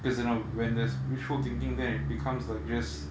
because you know when there's wishful thinking then it becomes like just